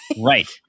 Right